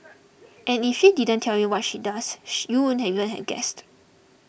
and if she didn't tell you what she does sh you wouldn't even have guessed